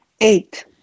Eight